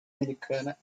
americana